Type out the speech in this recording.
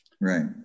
right